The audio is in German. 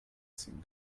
ziehen